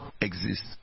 exist